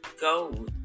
go